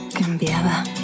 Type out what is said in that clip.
cambiaba